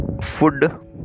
food